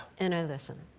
and i listen.